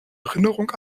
erinnerung